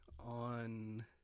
on